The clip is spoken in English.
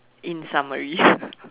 in summary